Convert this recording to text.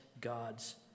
God's